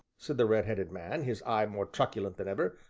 said the red-headed man, his eye more truculent than ever,